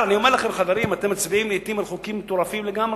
חברים, אתם מצביעים לעתים על חוקים מטורפים לגמרי,